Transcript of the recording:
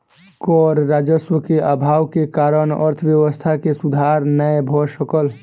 कर राजस्व के अभाव के कारण अर्थव्यवस्था मे सुधार नै भ सकल